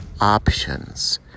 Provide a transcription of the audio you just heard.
options